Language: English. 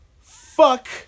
Fuck